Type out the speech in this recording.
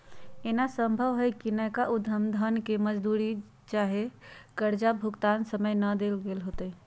एना संभव हइ कि नयका उद्यम जन के मजदूरी चाहे कर्जा भुगतान समय न देल गेल होतइ